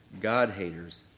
God-haters